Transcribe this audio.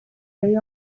day